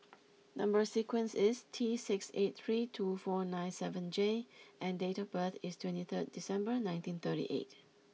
number sequence is T six eight three two four nine seven J and date of birth is twenty third December nineteen thirty eight